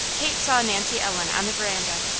kate saw nancy ellen on the veranda,